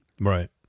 Right